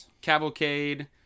Cavalcade